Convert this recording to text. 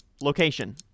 location